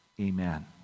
amen